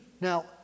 Now